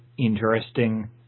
Interesting